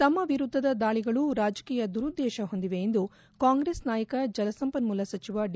ತಮ್ಮ ವಿರುದ್ಧದ ದಾಳಿಗಳು ರಾಜಕೀಯ ದುರುದ್ದೇಶ ಹೊಂದಿವೆ ಎಂದು ಕಾಂಗ್ರೆಸ್ ನಾಯಕ ಜಲಸಂಪನ್ಮೂಲ ಸಚಿವ ಡಿ